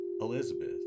Elizabeth